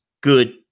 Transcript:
good